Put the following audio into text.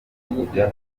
kujya